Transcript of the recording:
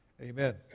Amen